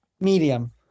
Medium